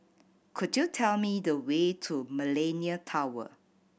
could you tell me the way to Millenia Tower